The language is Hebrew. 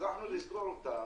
לסגור אותם.